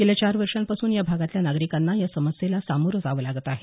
गेल्या चार वर्षांपासून या भागातल्या नागरिकांना या समस्येला सामोरे जावं लागत आहे